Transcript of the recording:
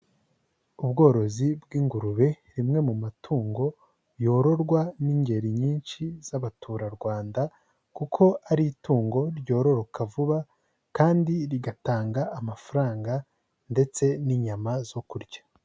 Ubworozi bw'ingurube imwe mu matungo yororwa n'ingeri nyinshi z'Abaturarwanda kuko ari itungo ryororoka vuba kandi rigatanga amafaranga ndetse n'inyama zo kurya.